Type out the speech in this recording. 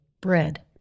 bread